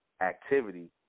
activity